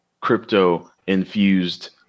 crypto-infused